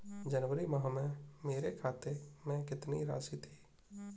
जनवरी माह में मेरे खाते में कितनी राशि थी?